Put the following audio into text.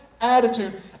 Attitude